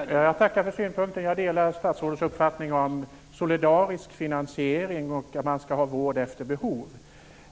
Fru talman! Jag tackar för synpunkten. Jag delar statsrådets uppfattning om solidarisk finansiering och om att man skall ha vård efter behov.